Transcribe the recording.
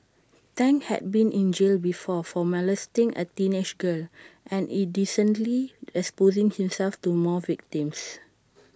Tang had been in jail before for molesting A teenage girl and indecently exposing himself to more victims